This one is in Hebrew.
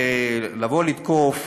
לבוא לתקוף,